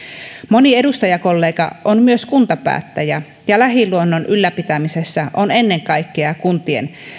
moni edustajakollega on myös kuntapäättäjä ja lähiluonnon ylläpitämisessä on ennen kaikkea